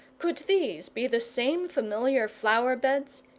could these be the same familiar flower-beds,